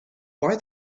why